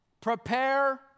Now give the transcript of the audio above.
Prepare